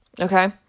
okay